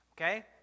okay